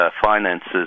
finances